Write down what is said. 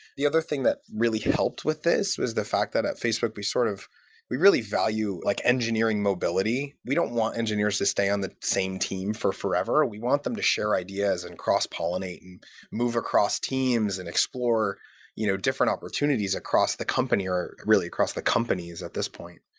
the other thing that really helped with this is was the fact that at facebook, we sort of we really value like engineering mobility. we don't want engineers to stay on the same team for forever. we want them to share ideas and cross-pollinate and move across teams and explore you know different opportunities across the company or really across the companies at this point.